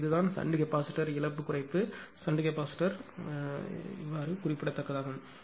எனவே இதுதான் shunt capacitor இழப்பு குறைப்பு ஷன்ட் கெபாசிட்டர் குறிப்பிடத்தக்கதாகும்